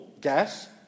gas